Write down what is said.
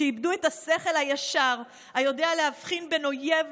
שאיבדו את השכל הישר היודע להבחין בין אויב לאוהב,